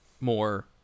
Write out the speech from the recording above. more